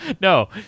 No